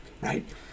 right